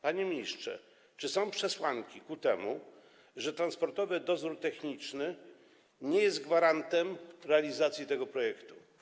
Panie ministrze, czy są przesłanki tego, że Transportowy Dozór Techniczny nie jest gwarantem realizacji tego projektu?